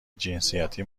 جنسیتی